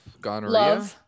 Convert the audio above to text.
Gonorrhea